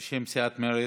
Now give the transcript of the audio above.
בשם סיעת מרצ,